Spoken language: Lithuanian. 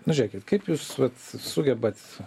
nu žėkit kaip jūs vat sugebat